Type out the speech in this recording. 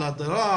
על הדרה,